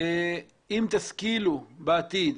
אם תשכילו בעתיד